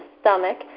stomach